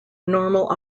normal